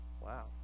Wow